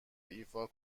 ایفا